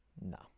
No